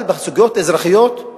אבל סוגיות אזרחיות,